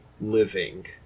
living